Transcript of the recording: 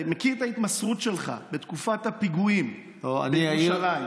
מכיר את ההתמסרות שלך בתקופת הפיגועים בירושלים.